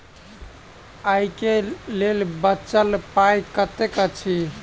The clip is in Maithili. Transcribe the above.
आइ केँ लेल बचल पाय कतेक अछि?